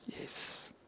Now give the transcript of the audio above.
Yes